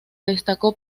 destacó